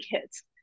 kids